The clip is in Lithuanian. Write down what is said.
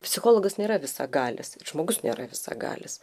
psichologas nėra visagalis ir žmogus nėra visagalis